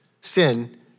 Sin